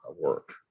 work